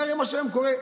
זה מה שהיום קורה.